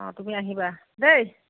অঁ তুমি আহিবা দেই